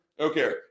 Okay